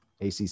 ACC